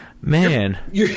man